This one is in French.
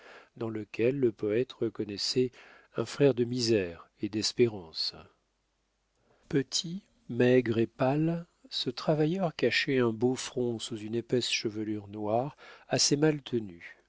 dans lequel le poète reconnaissait un frère de misère et d'espérance petit maigre et pâle ce travailleur cachait un beau front sous une épaisse chevelure noire assez mal tenue